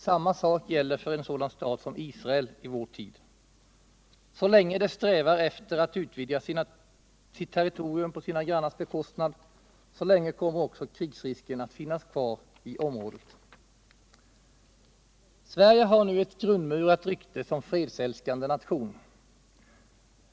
Samma sak gäller i vår tid för en sådan stat som Israel. Så länge det strävar efter att utvidga sitt territorium på sina grannars bekostnad, så länge kommer också krigsrisken att finnas kvar i området. Sverige har nu ett grundmurat rykte som fredsälskande nation.